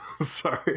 sorry